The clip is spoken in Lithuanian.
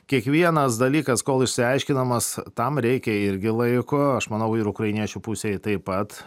kiekvienas dalykas kol išsiaiškinamas tam reikia irgi laiko aš manau ir ukrainiečių pusei taip pat